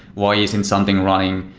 why isn't something running?